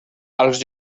als